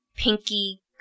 Pinky